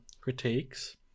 critiques